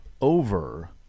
over